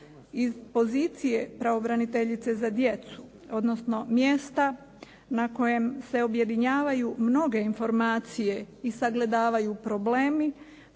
iz pozicije pravobraniteljice za djecu, odnosno mjesta na kojem se objedinjavaju mnoge informacije i sagledavaju problemi